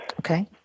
Okay